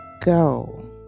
go